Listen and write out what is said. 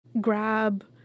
grab